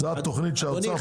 האוצר